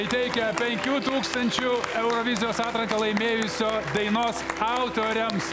įteikia penkių tūkstančių eurovizijos atranką laimėjusio dainos autoriams